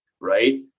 right